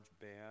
band